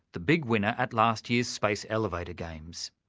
the big winner at last year's space elevator games.